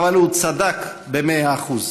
אבל הוא צדק במאה אחוז.